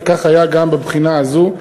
וכך היה גם בבחינה הזאת.